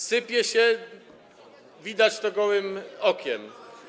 Sypie się, widać to gołym okiem.